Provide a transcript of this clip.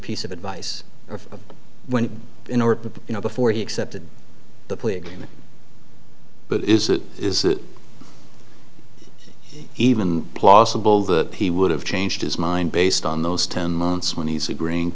piece of advice or went in or you know before he accepted the plea agreement but is it even plausible that he would have changed his mind based on those ten months when he's agreeing